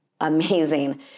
amazing